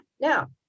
Now